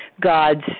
God's